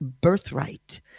birthright